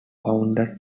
founded